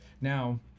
now